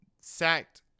sacked